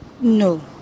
No